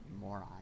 Moron